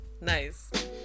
nice